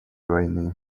войны